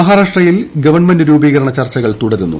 മഹാരാഷ്ട്രയിൽ ഗവൺമെന്റ് രൂപീകരണ ചർച്ചകൾ തുടരുന്നു